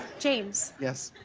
james yes.